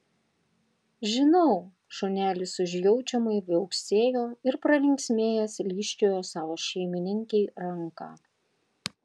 žinau šunelis užjaučiamai viauksėjo ir pralinksmėjęs lyžčiojo savo šeimininkei ranką